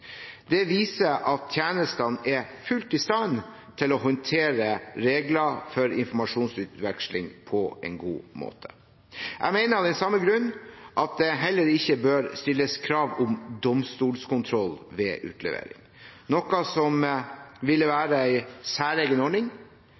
Det viser at tjenestene er fullt i stand til å håndtere regler for informasjonsutveksling på en god måte. Jeg mener av samme grunn at det heller ikke bør stilles krav om domstolskontroll ved utlevering, noe som ville